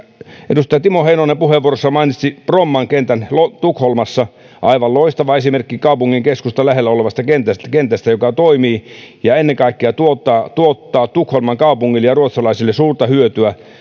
edustaja timo heinonen puheenvuorossaan mainitsi bromman kentän tukholmassa aivan loistava esimerkki kaupungin keskustan lähellä olevasta kentästä kentästä joka toimii ja ennen kaikkea tuottaa tuottaa tukholman kaupungille ja ruotsalaisille suurta hyötyä